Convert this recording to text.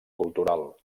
cultural